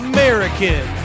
American